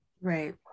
right